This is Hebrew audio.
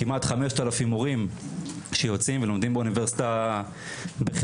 כמעט חמשת אלפים מורים שיוצאים ולומדים באוניברסיטאות בחברון,